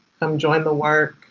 come join the work.